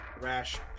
rash